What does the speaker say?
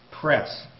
Press